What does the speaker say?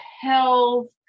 health